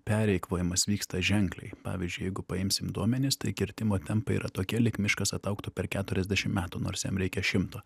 pereikvojimas vyksta ženkliai pavyzdžiui jeigu paimsim duomenis tai kirtimo tempai yra tokie lyg miškas ataugtų per keturiasdešim metų nors jam reikia šimto